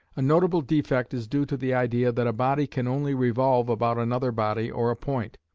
a notable defect is due to the idea that a body can only revolve about another body or a point,